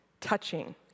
touching